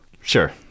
Sure